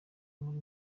muri